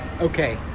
Okay